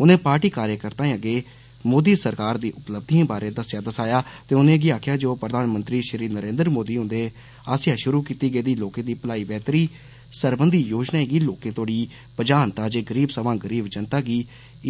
उन्ने पार्टी कार्यर्ताएं अग्गे मोदी सरकार दी उपलब्धियें बारे दस्सेया दसाया ते उनेंगी गी आक्खेया जे ओ प्रधानमंत्री श्री नरेन्द्र मोदी हन्दे आसेया श्रु कीती गेदी लोकें दी भलाई बेहतरी सरबंधी योजनाएं गी लोकें तोड़ी पजान तां जे गरीब सवां गरीब जनता गी